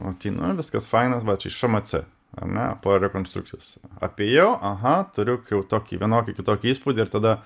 ateinu viskas faina va čia šmc ar ne po rekonstrukcijos apėjau aha turiu tokį vienokį kitokį įspūdį ir tada